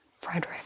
Frederick